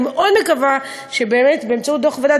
אני מקווה מאוד שבאמצעות דוח ועדת